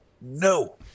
no